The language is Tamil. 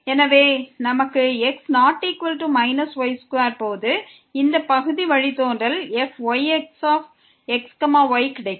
எனவே நமக்கு x≠ y2 போது இந்த பகுதி வழித்தோன்றல் fyxxy கிடைக்கும்